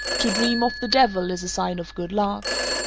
to dream of the devil is a sign of good luck.